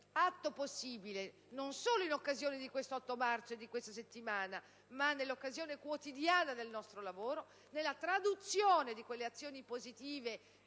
atto possibile, non solo in occasione di questo 8 marzo e di questa settimana, ma nell'occasione quotidiana del nostro lavoro, nella traduzione di quelle azioni positive